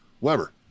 Weber